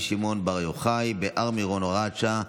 שמעון בר יוחאי בהר מירון (הוראת שעה),